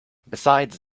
besides